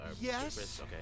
Yes